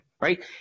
right